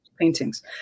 paintings